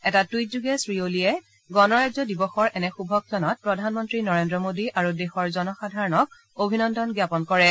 এটা টূইট যোগে শ্ৰীঅলীয়ে গণৰাজ্য দিৱসৰ এনে শুভক্ষণত প্ৰধানমন্ত্ৰী নৰেন্দ্ৰ মোডী আৰু দেশৰ জনসাধাৰণক অভিনন্দন জ্ঞাপন কৰিছে